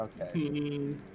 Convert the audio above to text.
Okay